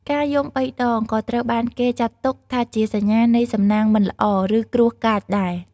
ការយំបីដង ក៏ត្រូវបានគេចាត់ទុកថាជាសញ្ញានៃសំណាងមិនល្អ ឬគ្រោះកាចដែរ។